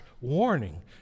warning